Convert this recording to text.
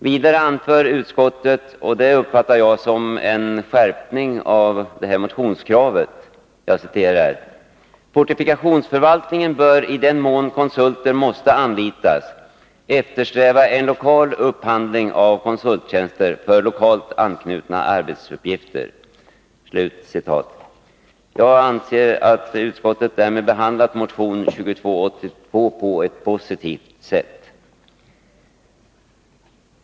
Vidare anför utskottet, och det uppfattar jag som en skärpning av motionskravet: ”Fortikationsförvaltningen bör — i den mån konsulter måste anlitas — eftersträva en lokal upphandling av konsulttjänster för lokalt anknutna arbetsuppgifter.” Jag anser att utskottet därmed behandlat motion 2282 på ett positivt sätt.